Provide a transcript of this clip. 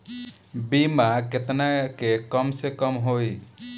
बीमा केतना के कम से कम होई?